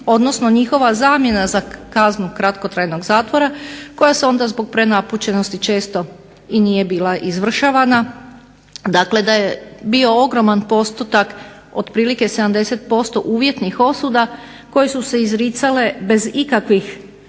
odnosno njihova zamjena za kaznu kratkotrajnog zatvora koja se onda zbog prenapučenosti često i nije bila izvršavana. Dakle, da je bio ogroman postotak, otprilike 70% uvjetnih osuda, koje su se izricale bez ikakvih